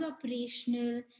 operational